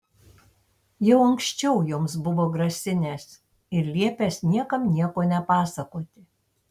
jau anksčiau joms buvo grasinęs ir liepęs niekam nieko nepasakoti